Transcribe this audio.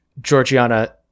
Georgiana